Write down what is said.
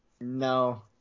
No